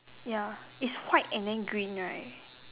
ya is white and then green right